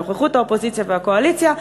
בנוכחות האופוזיציה והקואליציה,